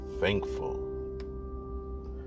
thankful